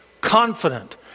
confident